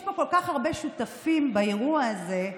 יש פה כל כך הרבה שותפים באירוע הזה,